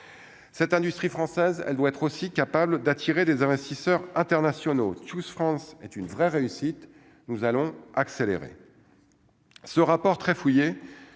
cette industrie française, elle doit être aussi capable d'attirer des investisseurs internationaux tous France est une vraie réussite, nous allons accélérer